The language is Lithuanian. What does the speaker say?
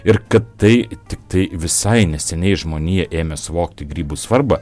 ir kad tai tiktai visai neseniai žmonija ėmė suvokti grybų svarbą